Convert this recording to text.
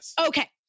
Okay